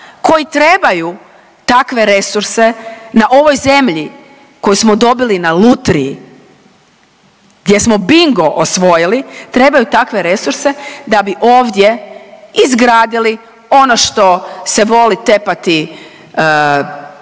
koji trebaju takve resurse na ovoj zemlji koju smo dobili na lutriji, gdje smo bingo osvojili trebaju takve resurse da bi ovdje izgradili ono što se voli tepati zelenu